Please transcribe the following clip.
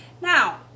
Now